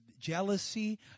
jealousy